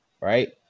right